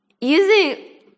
using